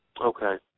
Okay